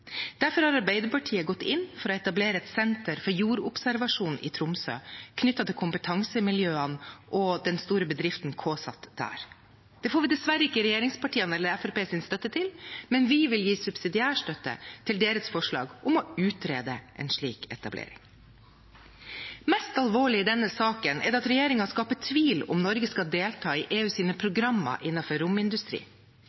Derfor har Arbeiderpartiet gått inn for å etablere et senter for jordobservasjon i Tromsø knyttet til kompetansemiljøene og den store bedriften KSAT der. Det får vi dessverre ikke regjeringspartienes eller Fremskrittspartiets støtte til, men vi vil gi subsidiær støtte til deres forslag til vedtak II om å utrede en slik etablering. Mest alvorlig i denne saken er det at regjeringen skaper tvil om hvorvidt Norge skal delta i